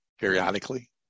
periodically